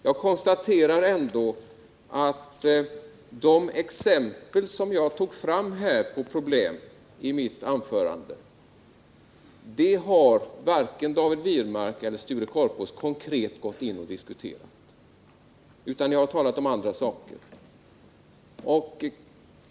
Jag konstaterar att de exempel på problem som jag tog fram i mitt anförande har varken David Wirmark eller Sture Korpås konkret gått in och diskuterat, utan de har talat om andra saker.